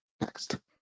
Next